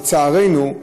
לצערנו,